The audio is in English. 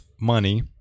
money